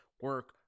Work